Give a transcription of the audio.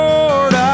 Lord